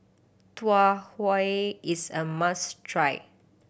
Tau Huay is a must try